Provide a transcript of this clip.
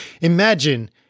Imagine